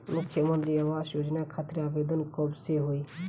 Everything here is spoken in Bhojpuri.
मुख्यमंत्री आवास योजना खातिर आवेदन कब से होई?